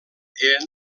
eren